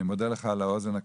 אני מודה לך על האוזן הקשבת,